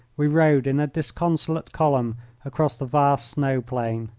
we rode in a disconsolate column across the vast snow-plain.